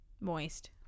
Moist